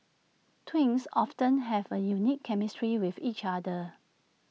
twins often have A unique chemistry with each other